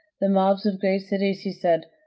the mobs of great cities, he said,